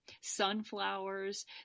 sunflowers